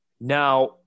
Now